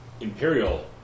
imperial